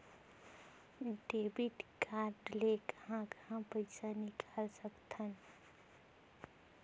Debit card ले कहां कहां पइसा निकाल सकथन?